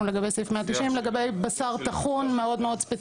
לגבי סעיף 190 לגבי בשר טחון מאוד מאוד ספציפי.